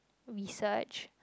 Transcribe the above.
research